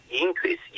increase